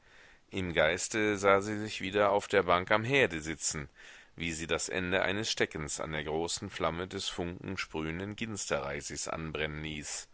im geiste sah sie sich wieder auf der bank am herde sitzen wie sie das ende eines steckens an der großen flamme des funken sprühenden ginsterreisigs anbrennen ließ